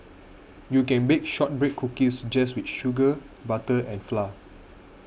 you can bake Shortbread Cookies just with sugar butter and flour